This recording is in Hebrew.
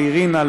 לאירינה,